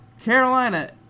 Carolina